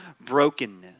brokenness